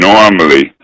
Normally